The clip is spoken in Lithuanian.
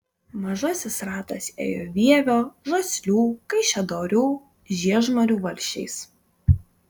mažasis ratas ėjo vievio žaslių kaišiadorių žiežmarių valsčiais